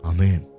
Amen